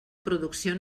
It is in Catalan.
producció